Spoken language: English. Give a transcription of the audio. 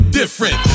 different